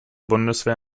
bundeswehr